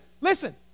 listen